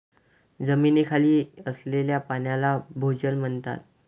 जमिनीखाली असलेल्या पाण्याला भोजल म्हणतात